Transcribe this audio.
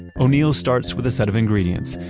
o'neil starts with a set of ingredients.